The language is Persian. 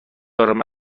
دارم